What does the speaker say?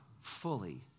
fully